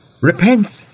Repent